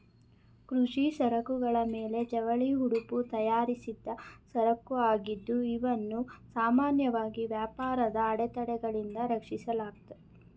ಕೃಷಿ ಸರಕುಗಳ ಮೇಲೆ ಜವಳಿ ಉಡುಪು ತಯಾರಿಸಿದ್ದ ಸರಕುಆಗಿದ್ದು ಇವನ್ನು ಸಾಮಾನ್ಯವಾಗಿ ವ್ಯಾಪಾರದ ಅಡೆತಡೆಗಳಿಂದ ರಕ್ಷಿಸಲಾಗುತ್ತೆ